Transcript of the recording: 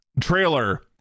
trailer